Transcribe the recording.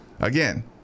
Again